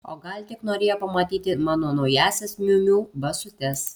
o gal tik norėjo pamatyti mano naująsias miu miu basutes